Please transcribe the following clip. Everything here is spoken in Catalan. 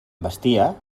vestia